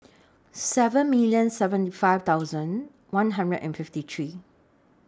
seven million seventy five thousand one hundred and fifty three